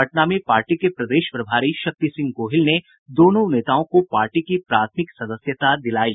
पटना में पार्टी के प्रदेश प्रभारी शक्ति सिंह गोहिल ने दोनों नेताओं को पार्टी की प्राथमिक सदस्यता दिलायी